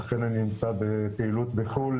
אכן אני נמצא בפעילות בחו"ל,